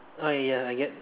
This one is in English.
ah ya I get